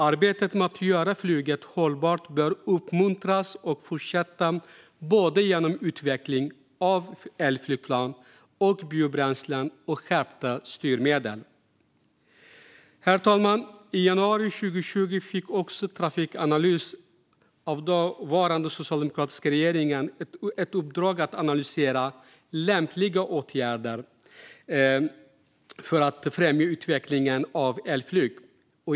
Arbetet med att göra flyget hållbart bör uppmuntras och fortsätta genom utveckling av både elflygplan och biobränslen och genom skärpta styrmedel. Herr talman! I januari 2020 fick Trafikanalys av den dåvarande socialdemokratiska regeringen i uppdrag att analysera lämpliga åtgärder för att främja utvecklingen av elflyg.